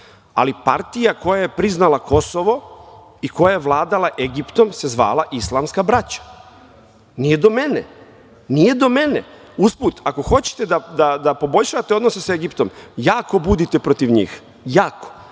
ali partija koja je priznala Kosovo i koja je vladala Egiptom se zvala Islamska braća. Nije do mene. Usput, ako hoćete da poboljšate odnose sa Egiptom, jako budite protiv njih, jer